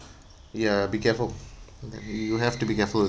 ya be careful you have to be careful